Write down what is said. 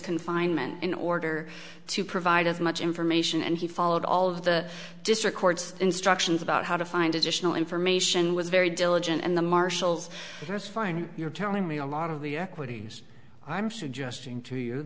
confinement in order to provide as much information and he followed all of the district court's instructions about how to find additional information was very diligent and the marshals just fine you're telling me a lot of the equities i'm suggesting to you